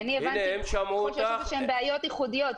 יכול להיות שיש שם בעיות ייחודיות,